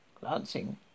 glancing